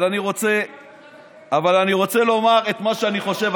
אבל אני רוצה לומר את מה שאני חושב.